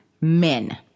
Men